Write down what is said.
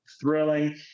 thrilling